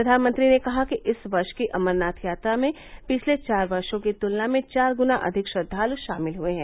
प्रधानमंत्री ने कहा कि इस वर्ष की अमरनाथ यात्रा में पिछले चार वर्षो की तुलना में चार गुना अधिक श्रद्वालु शामिल हुए हैं